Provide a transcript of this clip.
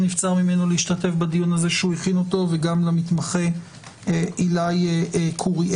שנבצר ממנו להשתתף בדיון הזה שהוא הכין אותו וגם למתמחה עילאי קוריאל.